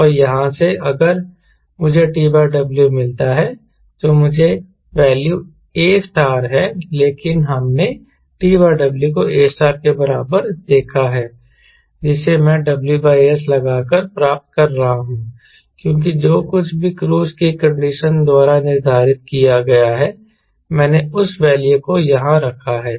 और यहाँ से अगर मुझे T W मिलता है जो कुछ वैल्यू A है लेकिन हमने T W को A के बराबर देखा है जिसे मैं WS लगाकर प्राप्त कर रहा हूं क्योंकि जो कुछ भी क्रूज की कंडीशन द्वारा निर्धारित किया गया है मैंने उस वैल्यू को यहां रखा है